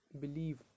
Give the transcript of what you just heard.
believe